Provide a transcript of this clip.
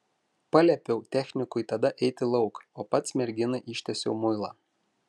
paliepiau technikui tada eiti lauk o pats merginai ištiesiau muilą